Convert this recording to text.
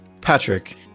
Patrick